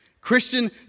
Christian